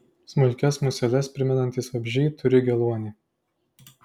smulkias museles primenantys vabzdžiai turi geluonį